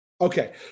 Okay